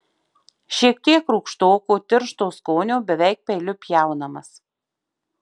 šiek tiek rūgštoko tiršto skonio beveik peiliu pjaunamas